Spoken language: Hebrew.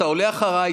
אתה עולה אחריי.